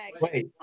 Wait